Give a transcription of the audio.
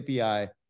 API